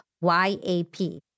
Y-A-P